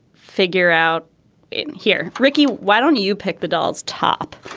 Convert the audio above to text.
figure out here. ricky why don't you pick the adults top.